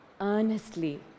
earnestly